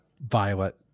violet